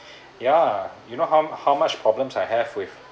ya you know how how much problems I have with